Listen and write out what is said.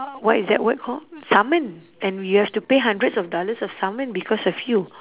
what is that word called summon and we have to pay hundreds of dollars of summon because of you